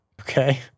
Okay